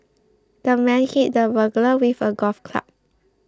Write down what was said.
the man hit the burglar with a golf club